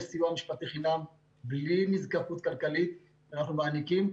יש סיוע משפטי חינם בלי נזקקות כלכלית שאנחנו מעניקים.